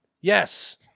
Yes